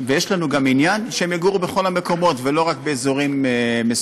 ויש לנו גם עניין שהם יגורו בכל המקומות ולא רק באזורים מסוימים.